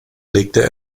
legte